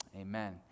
amen